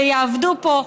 ויעבדו פה,